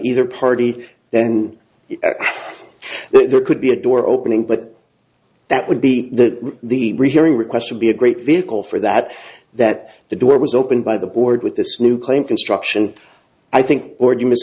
either party then there could be a door opening but that would be the the rehearing request would be a great vehicle for that that the door was opened by the board with this new claim construction i think or do